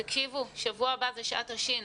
תקשיבו, שבוע הבא זה שעת השין.